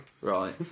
Right